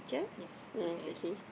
yes two hays